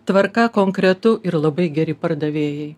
tvarka konkretu ir labai geri pardavėjai